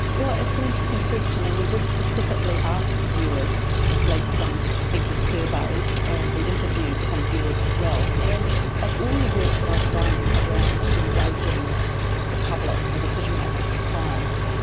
well, it's an interesting question and we did specifically ask viewers to complete some exit surveys and we interviewed some viewers as well. and of all the work that i've done around engaging the public or decision-makers with science,